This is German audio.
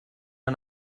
mal